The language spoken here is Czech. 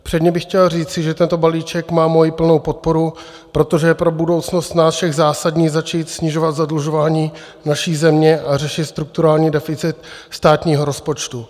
Předně bych chtěl říci, že tento balíček má moji plnou podporu, protože je pro budoucnost nás všech zásadní, začít snižovat zadlužování naší země a řešit strukturální deficit státního rozpočtu.